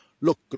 look